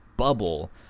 bubble